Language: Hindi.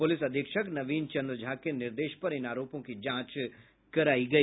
पूलिस अधीक्षक नवीन चंद्र झा के निर्देश पर इन आरोपों की जांच कराई गई